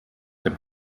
dem